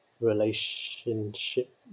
...relationship